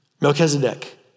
Melchizedek